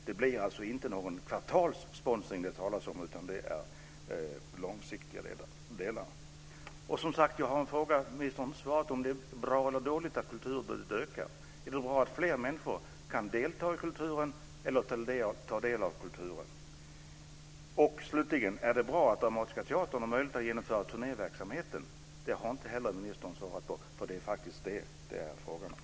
Det blir alltså inte någon kvartalssponsring som det talas om, utan det är långsiktigt. Jag har en fråga till ministern om det är bra eller dåligt att kulturutbudet ökar. Är det bra att fler människor kan delta i kulturen eller ta del av kulturen? Är det bra att Dramatiska teatern har möjlighet att genomföra turnéverksamhet? Det har inte ministern svarat på. Det är faktiskt detta det är frågan om.